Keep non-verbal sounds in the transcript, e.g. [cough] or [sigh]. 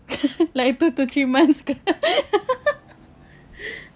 [laughs] like two to three months seka~ [laughs]